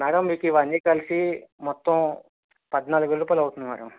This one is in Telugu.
మ్యాడమ్ ఇవన్నీ కలిసి మొత్తం పద్నాలుగు వేల రూపాయలు అవుతుంది మ్యాడమ్